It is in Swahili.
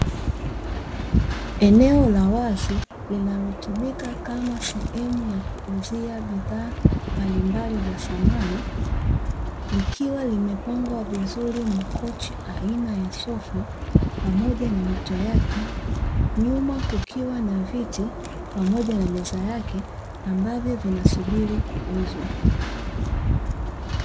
Eneo la wazi linalotumika kama sehemu ya kuuzia bidhaa mbalimbali za samani, likiwa limepangwa vizuri makochi aina ya sofa, pamoja na mito yake. Nyuma kukiwa na viti pamoja na meza yake ambavyo vinasubiri kuuzwa.